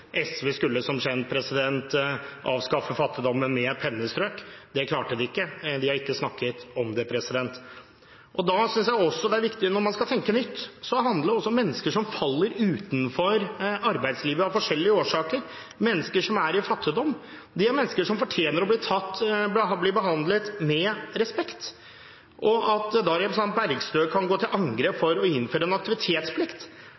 SV skulle som kjent avskaffe fattigdommen med et pennestrøk. Det klarte de ikke, de har ikke snakket om det. Jeg synes det er viktig at når man skal tenke nytt, må man huske på at mennesker som faller utenfor arbeidslivet av forskjellige årsaker, mennesker som er i fattigdom, også er mennesker som fortjener å bli behandlet med respekt. Representanten Bergstø går til angrep